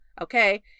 Okay